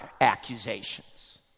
accusations